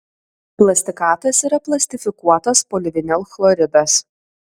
plastikatas yra plastifikuotas polivinilchloridas